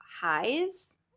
highs